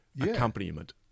accompaniment